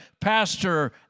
pastor